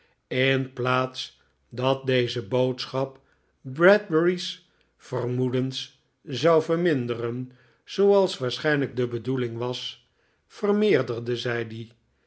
in plaats dat deze boodschap bradbury's vermoedens zou verminderen zooals waarschijnlijk de bedoeling was vermeerderde zij die